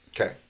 Okay